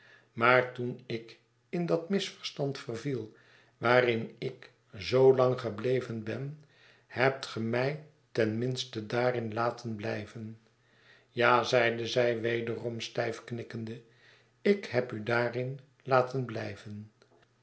maar toen ik in dat rnisverstand verviel waarin ik zoo lang gebleven ben hebt ge mij ten minste daarin laten blijven ja zeide zij wederom stijf knikkende ik heb u daarin laten blijven